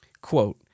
Quote